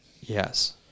yes